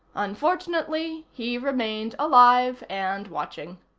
unfortunately, he remained alive and watching.